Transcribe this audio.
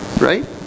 right